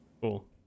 Cool